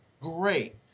great